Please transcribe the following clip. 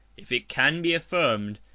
if it can be affirmed,